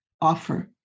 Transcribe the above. offer